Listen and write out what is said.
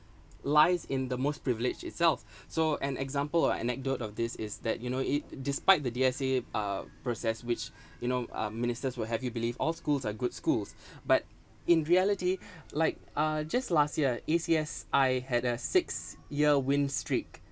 lies in the most privileged itself so an example anecdote of this is that you know it despite the D_S_A uh process which you know uh ministers will have you believe all schools are good schools but in reality like uh just last year A_C_S I had a six year win streak